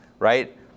Right